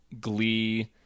Glee